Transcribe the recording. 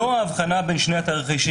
זו האבחנה בין שני התרחישים.